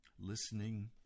listening